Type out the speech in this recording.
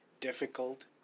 difficult